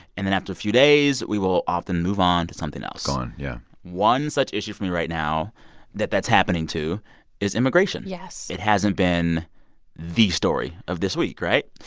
and then after a few days, we will often move on to something else gone. yeah one such issue for me right now that that's happening to is immigration yes it hasn't been the story of this week, right?